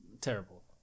Terrible